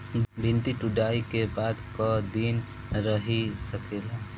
भिन्डी तुड़ायी के बाद क दिन रही सकेला?